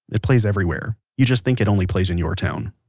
it plays everywhere. you just think it only plays in your town